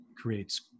Creates